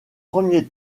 premier